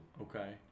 Okay